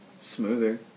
Smoother